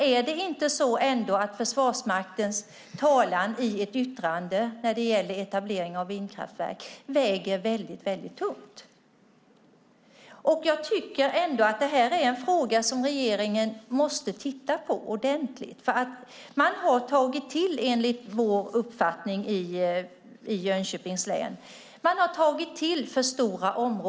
Är det ändå inte så att Försvarsmaktens talan i ett yttrande när det gäller etablering av vindkraftverk väger väldigt tungt? Jag tycker att det här är en fråga som regeringen måste titta på ordentligt, för man har tagit till för stora områden, enligt vår uppfattning i Jönköpings län.